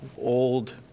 old